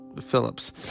Phillips